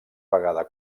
vegada